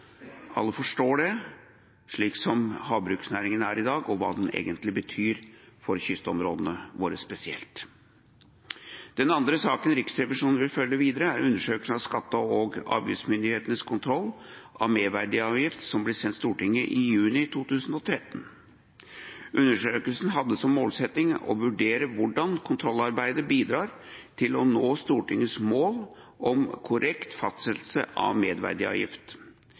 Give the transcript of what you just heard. alle forstår det – slik som havbruksnæringen er i dag, og hva den egentlig betyr for kystområdene våre spesielt. Den andre saken Riksrevisjonen vil følge videre, er undersøkelsen av skatte- og avgiftsmyndighetenes kontroll av merverdiavgift, som ble sendt Stortinget i juni 2013. Undersøkelsen hadde som målsetting å vurdere hvordan kontrollarbeidet bidrar til å nå Stortingets mål om korrekt fastsettelse av merverdiavgift.